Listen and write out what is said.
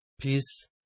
peace